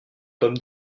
pommes